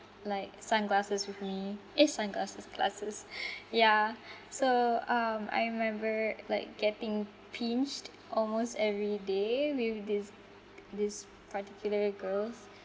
like sunglasses with me eh sunglasses glasses ya so um I remember like getting pinched almost every day with these these particular girls